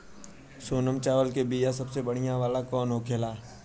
सोनम चावल के बीया सबसे बढ़िया वाला कौन होखेला?